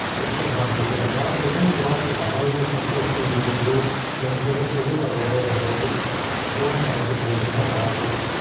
it should not be there. raw data is raw data. all the subtotalling we will do in pivot table or whatever other tool don't try to do it in the raw data.